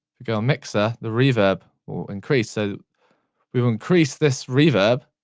we go mixer. the reverb will increase. so we will increase this reverb.